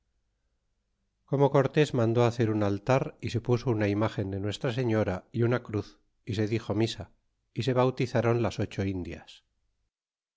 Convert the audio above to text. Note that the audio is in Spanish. como cortés mandó hacer un altar y se puso una imagen de nuestra señora y una cruz y se dixo misa y se bautizron las ocho indias